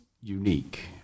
unique